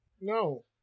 No